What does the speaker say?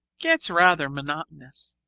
gets rather monotonous.